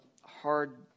hard